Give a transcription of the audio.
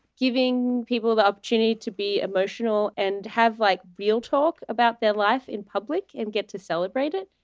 giving people the opportunity to be emotional and have like real talk about their life in public and get to celebrate it.